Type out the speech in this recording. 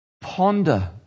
ponder